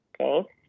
okay